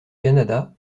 canada